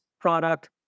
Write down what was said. product